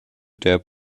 der